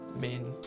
main